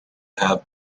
have